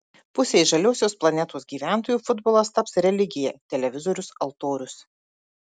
pusei žaliosios planetos gyventojų futbolas taps religija televizorius altorius